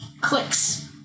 clicks